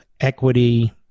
equity